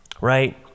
right